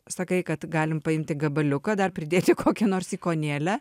sakai kad galim paimti gabaliuką dar pridėti kokią nors ikonėlę